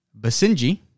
Basinji